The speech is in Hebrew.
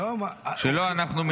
שלא אנחנו מינינו אותה.